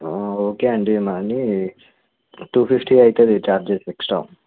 okay అండి మళ్ళీ two fifty అవుతుంది చార్జెస్ ఎక్స్ట్రా